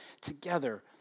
together